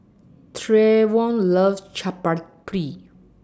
Trayvon loves Chaat Papri